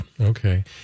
Okay